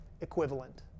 equivalent